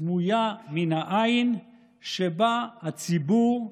סמויה מן העין שבה הציבור,